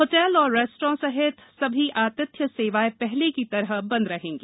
hotel और restaurant सहित सभी आतिथ्य सेवाएं पहले की तरह बंद रहेंगी